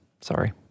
sorry